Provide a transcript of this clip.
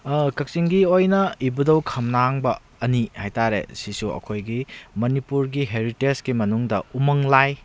ꯀꯥꯛꯆꯤꯡꯒꯤ ꯑꯣꯏꯅ ꯏꯕꯨꯙꯧ ꯈꯝꯅꯥꯡꯕ ꯑꯅꯤ ꯍꯥꯏꯇꯥꯔꯦ ꯑꯁꯤꯁꯨ ꯑꯩꯈꯣꯏꯒꯤ ꯃꯅꯤꯄꯨꯔꯒꯤ ꯍꯦꯔꯤꯇꯦꯖꯀꯤ ꯃꯅꯨꯡꯗ ꯎꯃꯪ ꯂꯥꯏ